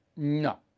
No